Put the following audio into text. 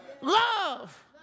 Love